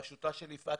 בראשותה של יפעת,